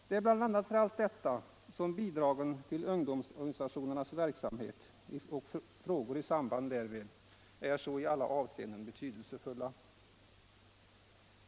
Det är bl.a. för allt detta som bidragen till ungdomsorganisationernas verksamhet och frågor i samband därmed i alla avseenden är så betydelsefulla.